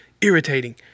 irritating